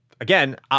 again